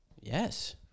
Yes